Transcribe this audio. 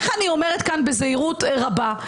אני אומרת כאן בזהירות רבה,